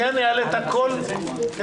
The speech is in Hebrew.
הישיבה ננעלה בשעה 11:20.